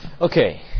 Okay